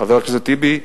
חבר הכנסת טיבי,